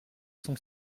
sont